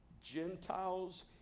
Gentiles